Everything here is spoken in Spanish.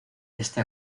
este